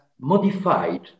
modified